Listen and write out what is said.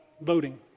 voting